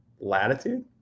latitude